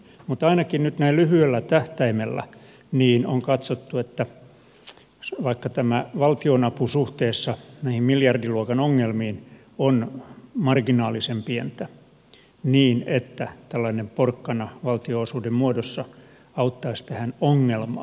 mutta ainakin nyt näin lyhyellä tähtäimellä on katsottu että vaikka tämä valtionapu suhteessa näihin miljardiluokan ongelmiin on marginaalisen pientä niin tällainen porkkana valtionosuuden muodossa auttaisi tähän ongelmaan